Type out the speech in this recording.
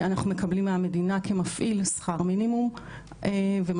אנחנו מקבלים מהמדינה כמפעיל שכר מינימום ובעצם